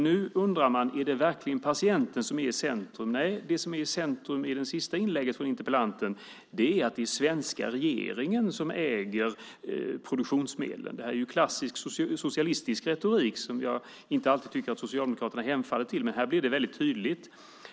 Nu undrar man: Är det verkligen patienten som är i centrum? Nej, det som är i centrum i det senaste inlägget från interpellanten är att det är den svenska regeringen som äger produktionsmedlen. Det här är klassisk socialistisk retorik, som jag inte alltid tycker att Socialdemokraterna hemfaller till men som här blir väldigt tydlig.